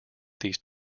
these